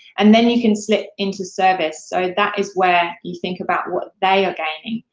and then you can slip into service, so that is where you think about what they are gaining.